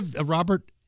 Robert